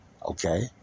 Okay